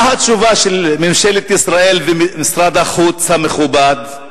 מה התשובה של ממשלת ישראל ומשרד החוץ המכובד?